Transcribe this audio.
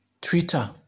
Twitter